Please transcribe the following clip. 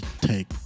take